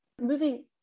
moving